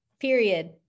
Period